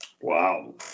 wow